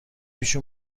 پیش